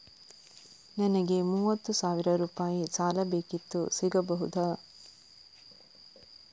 ನನಗೆ ಮೂವತ್ತು ಸಾವಿರ ರೂಪಾಯಿ ಸಾಲ ಬೇಕಿತ್ತು ಸಿಗಬಹುದಾ?